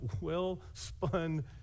well-spun